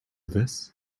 this